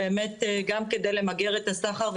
גם כדי למגר את הסחר.